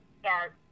start